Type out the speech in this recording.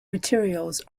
materials